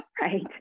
right